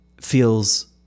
feels